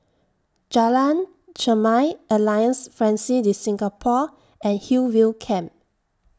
Jalan Chermai Alliance Francaise De Singapour and Hillview Camp